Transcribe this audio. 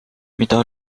mida